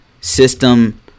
system